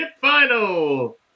Final